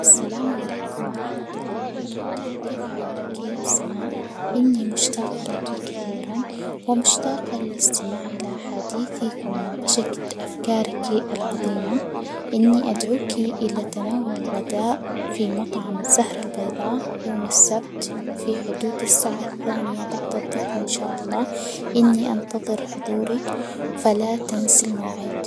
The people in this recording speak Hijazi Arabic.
السلام عليكم ورحمة الله وبركاته، كيف حالك يا أسماء؟ إني مشتاقة لك كثيرًا ومشتاقة للاستماع إلى حديثك ومناقشة أفكارك العظيمة، إني أدعوك إلى تناول الغداء في مطعم الزهرة البيضاء يوم السبت في حدود الساعة الثانية بعد الظهر إن شاء الله، إني أنتظر حضوركِ فلا تنسي الموعد.